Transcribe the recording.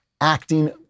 acting